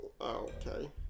Okay